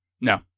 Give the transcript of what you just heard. no